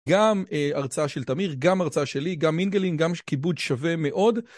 גם הרצאה של תמיר, גם הרצאה שלי, גם מינגלין, גם שקיבוץ שווה מאוד.